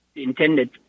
intended